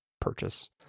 purchase